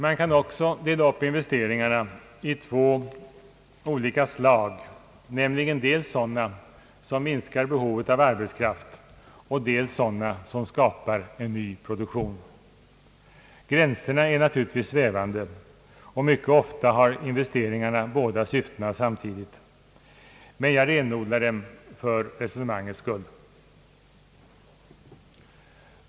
Man kan också dela upp investeringarna i två olika slag, nämligen dels sådana som minskar behovet av arbetskraft och dels sådana som skapar ny produktion. Gränserna är naturligtvis svävande, och mycket ofta har investeringarna båda syftena samtidigt. Men jag renodlar dem för resonemangets skull.